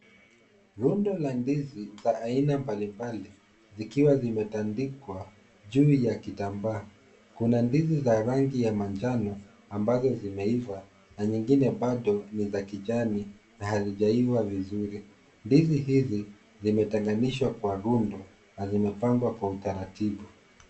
Rundo la ndizi za aina mbalimbali zikiwa zimetandikwa juu ya kitambaa, kuna ndizi za rangi ya manjano ambazo zimeiva na nyingine bado ni za kijani na hazijaiva vizuri, ndizi hizi zimetenganishwa kwa rundo na zimepangwa kwa utaratibu.